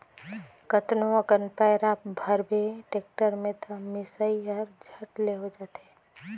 कतनो अकन पैरा भरबे टेक्टर में त मिसई हर झट ले हो जाथे